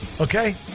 Okay